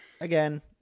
Again